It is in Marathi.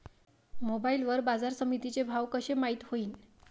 मोबाईल वर बाजारसमिती चे भाव कशे माईत होईन?